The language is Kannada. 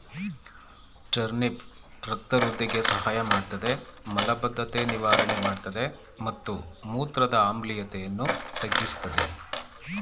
ಟರ್ನಿಪ್ ರಕ್ತ ವೃಧಿಗೆ ಸಹಾಯಮಾಡ್ತದೆ ಮಲಬದ್ಧತೆ ನಿವಾರಣೆ ಮಾಡ್ತದೆ ಮತ್ತು ಮೂತ್ರದ ಆಮ್ಲೀಯತೆಯನ್ನು ತಗ್ಗಿಸ್ತದೆ